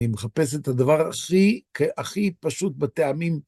היא מחפשת את הדבר הכי, כהכי פשוט בטעמים.